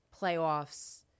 playoffs